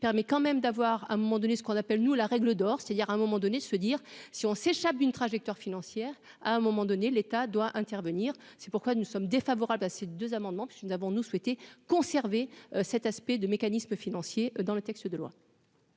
permet quand même d'avoir à un moment donné, ce qu'on appelle, nous, la règle d'or, c'est-à-dire à un moment donné, se dire : si on s'échappe d'une trajectoire financière à un moment donné l'état doit intervenir, c'est pourquoi nous sommes défavorables à ces deux amendements parce que nous avons, nous, souhaité conserver cet aspect de mécanismes financiers dans le texte de loi.